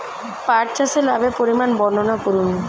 পাঠ চাষের লাভের পরিমান বর্ননা করুন?